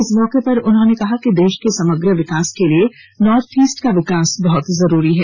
इस मौके पर उन्होंने कहा देश के समग्र विकास के लिए नार्थ इस्ट का विकास बहुत जरुरी है